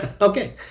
Okay